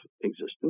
existence